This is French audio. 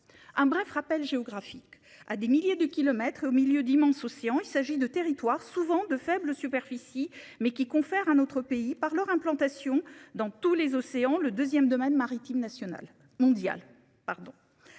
Un bref rappel géographique à des milliers de kilomètres, au milieu d'immenses océans. Il s'agit de territoires souvent de faible superficie mais qui confère à notre pays par leur implantation dans tous les océans, le 2ème domaine maritime